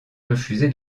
refusé